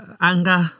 anger